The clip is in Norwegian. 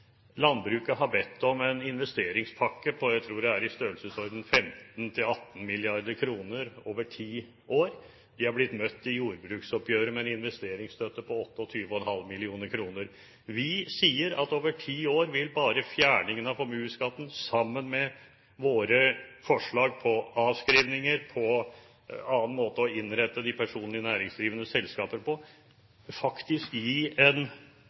Landbruket har bedt om en investeringspakke på i størrelsesorden 15–18 mrd. kr over ti år, tror jeg det er. De er blitt møtt i jordbruksoppgjøret med en investeringsstøtte på 28,5 mill. kr. Vi sier at over ti år vil bare fjerningen av formuesskatten, sammen med våre forslag til avskrivninger og andre måter å innrette de personlige næringsdrivendes selskaper på, faktisk gi en